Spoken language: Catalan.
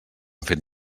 fet